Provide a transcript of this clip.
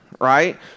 right